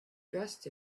dressed